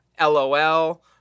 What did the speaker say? LOL